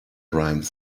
rhymes